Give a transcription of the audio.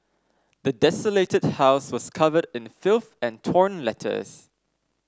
the desolated house was covered in filth and torn letters